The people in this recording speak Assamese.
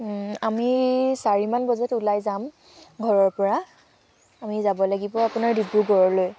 আমি চাৰিমান বজাত উলাই যাম ঘৰৰপৰা আমি যাব লাগিব আপোনাৰ ডিব্ৰুগড়লৈ